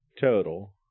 total